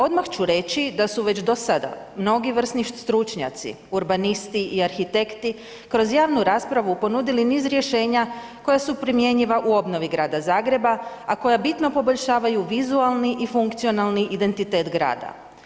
Odmah ću reći da su već do sada mnogi vrsni stručnjaci, urbanisti i arhitekti kroz javnu raspravu ponudili niz rješenja koja su primjenjiva u obnovi Grada Zagreba, a koja bitno poboljšavaju vizualni i funkcionalni identitet grada.